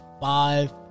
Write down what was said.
five